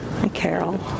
Carol